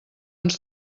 ens